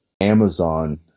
Amazon